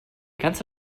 ganze